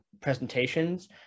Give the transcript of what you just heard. presentations